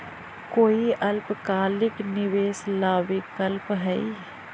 कोई अल्पकालिक निवेश ला विकल्प हई?